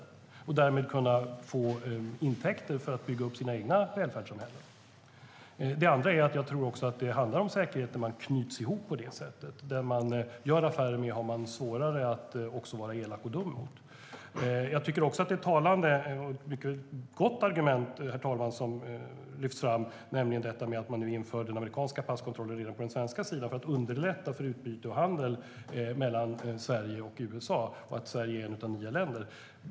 De kan därmed få intäkter för att kunna bygga upp sina egna välfärdssamhällen. Det handlar också om säkerhet när man knyts ihop på det sättet. Den som man gör affärer med har man svårare att vara elak och dum mot. Det är också talande, och ett mycket gott argument som lyfts fram, att man nu inför den amerikanska passkontrollen redan på den svenska sidan för att underlätta för utbyte och handel mellan Sverige och USA och att Sverige är ett av nio länder.